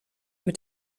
mit